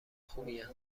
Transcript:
خوبیه